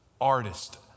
artist